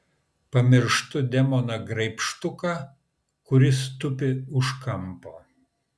pamirštu demoną graibštuką kuris tupi už kampo